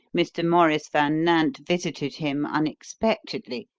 mr. maurice van nant visited him unexpectedly,